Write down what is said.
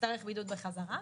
תצטרך בידוד בחזרה,